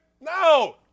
No